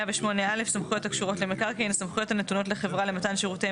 סמכויות הקשורות למקרקעין 108א.הסמכויות הנתונות לחברה למתן שירותי